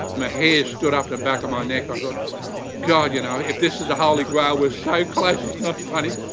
my hair stood up the back of my neck, i thought god you know if this is the holy grail we're so close it's not funny.